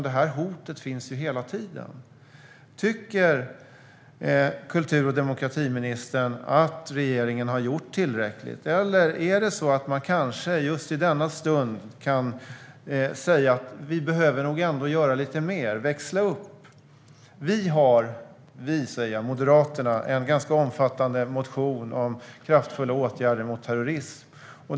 Detta hot finns hela tiden. Tycker kultur och demokratiministern att regeringen har gjort tillräckligt? Eller kan man kanske just i denna stund säga att vi behöver nog ändå göra lite mer och växla upp? Moderaterna har en ganska omfattande motion om kraftfulla åtgärder mot terrorism.